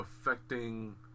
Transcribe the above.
affecting